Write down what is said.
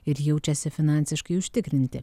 ir jaučiasi finansiškai užtikrinti